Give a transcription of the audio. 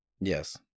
Yes